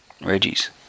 Reggie's